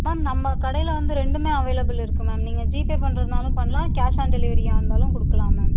ma'am நம்ம கடையில் வந்து ரெண்டுமே அவைளபிள் இருக்கு மேம் நீங்கள் ஜிபே பண்ணுறதுன்னாலும் பண்ணலாம் கேஷ் ஆன் டெலிவரியாக இருந்தாலும் கொடுக்கலாம் மேம்